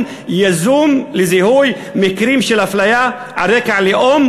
יזום לזיהוי מקרים של אפליה על רקע לאום,